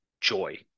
joy